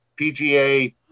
PGA